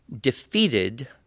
defeated